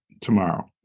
tomorrow